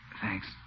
Thanks